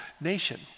nation